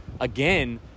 again